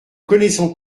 connaissons